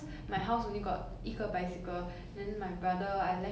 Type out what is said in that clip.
then I just like orh run ah cause I don't feel like having a bicycle I think